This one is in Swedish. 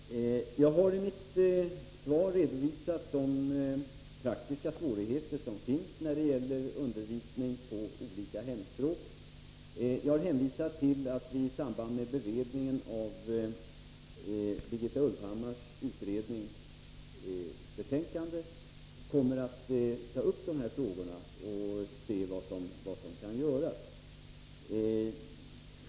Herr talman! Jag har i mitt svar redovisat de praktiska svårigheter som Måndagen den finns när det gäller undervisning på olika hemspråk. Jag har hänvisat till att vi 12 december 1983 i samband med beredningen av Birgitta Ulvhammars utredningsbetänkande kommer att ta upp de här frågorna och se vad som kan göras.